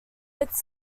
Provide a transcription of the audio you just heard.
its